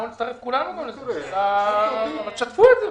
זאת ועוד,